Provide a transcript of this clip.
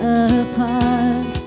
apart